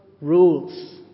rules